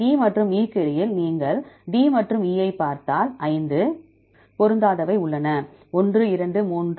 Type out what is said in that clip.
D மற்றும் E க்கு இடையில் நீங்கள் D மற்றும் E ஐப் பார்த்தால் ஐந்து பொருந்தாதவை உள்ளன 1 2 3 4 5